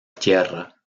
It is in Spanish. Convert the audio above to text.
tierra